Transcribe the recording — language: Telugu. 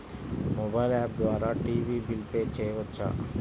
మొబైల్ యాప్ ద్వారా టీవీ బిల్ పే చేయవచ్చా?